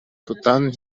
тутан